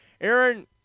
Aaron